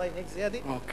(אומר